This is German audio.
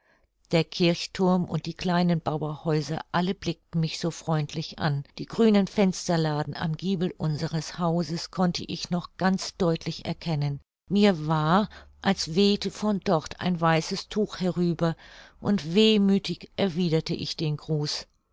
der kirchthurm und die kleinen bauerhäuser alle blickten mich so freundlich an die grünen fensterladen am giebel unseres hauses konnte ich noch ganz deutlich erkennen mir war als wehte von dort ein weißes tuch herüber und wehmüthig erwiderte ich den gruß